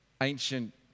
ancient